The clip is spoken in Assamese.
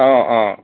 অ অ